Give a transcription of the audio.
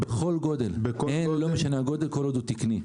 בכל גודל, לא משנה הגודל, כל עוד הוא תקני.